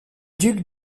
duc